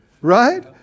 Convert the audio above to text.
Right